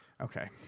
Okay